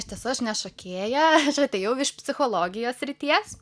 iš tiesų aš ne šokėja aš atėjau iš psichologijos srities